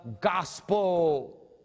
gospel